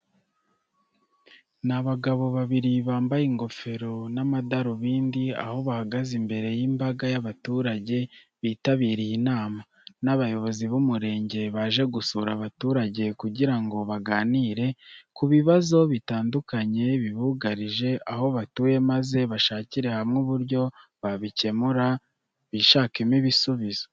Ni abagabo babiri bambaye ingofero n'amadarubindi, aho bahagaze imbere y'imbaga y'abaturage bitabiriye inama. Ni abayobozi b'umurenge baje gusura abaturage kugira ngo baganire ku bibazo bitandukanye bibugarije aho batuye maze bashakire hamwe uburyo babikemura bishakamo ibisubizo.